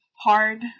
hard